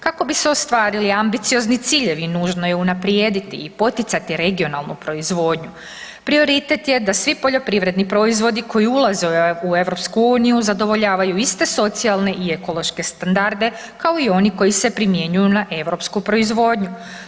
Kako bi se ostvarili ambiciozni ciljevi nužno je unaprijediti i poticati regionalnu proizvodnju, prioritet je da svi poljoprivredni proizvodi koji ulaze u EU zadovoljavaju iste socijalne i ekološke standarde kao i oni koji se primjenjuju na europsku proizvodnju.